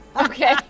Okay